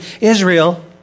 Israel